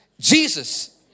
Jesus